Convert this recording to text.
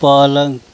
पलंग